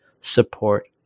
support